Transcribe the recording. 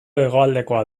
hegoaldekoa